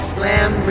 Slam